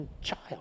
child